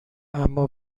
اما